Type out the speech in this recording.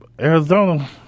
Arizona